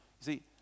See